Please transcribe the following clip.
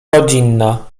rodzinna